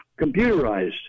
computerized